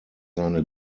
seine